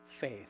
faith